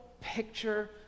picture